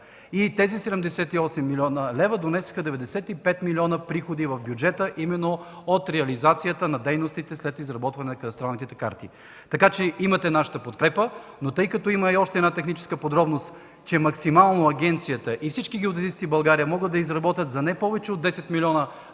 Тези 78 млн. лв. донесоха 95 млн. лв. приходи в бюджета именно от реализацията на дейностите след изработване на кадастралните карти. Имате нашата подкрепа, но тъй като има и още една техническа подробност, че максимално агенцията и всички геодезисти в България могат да изработят дейности в рамките на една